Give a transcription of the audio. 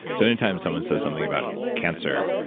so anytime someone says something about cancer,